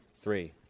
three